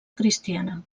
cristiana